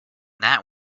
that